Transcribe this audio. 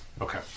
Okay